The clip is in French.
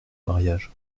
mariage